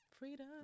Freedom